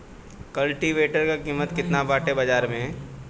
कल्टी वेटर क कीमत केतना बाटे बाजार में?